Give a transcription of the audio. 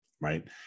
right